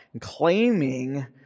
claiming